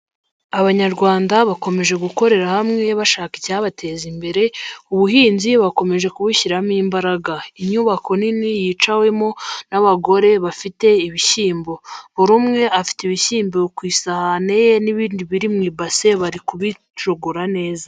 Abanyarwanda bakomeje gukorera hamwe, bashaka icyabateza imbere, ubuhinzi bakomeje kubushyiramo imbaraga. Inyubako nini yicawemo n'abagore bafite ibishyimbo, buri umwe afite ibishyimbo ku isahani ye n'ibindi biri mu ibase, bari kubijogora neza.